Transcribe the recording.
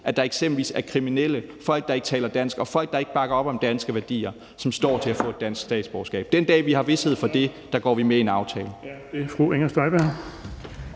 at der eksempelvis er kriminelle, folk, der ikke taler dansk, og folk, der ikke bakker op om danske værdier, som står til at få dansk statsborgerskab. Den dag vi har vished for det, går vi med i en aftale.